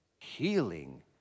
Healing